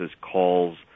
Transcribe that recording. calls